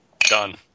done